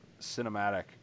cinematic